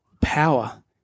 power